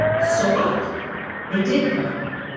so what they did come for them?